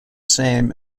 same